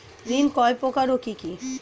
ঋণ কয় প্রকার ও কি কি?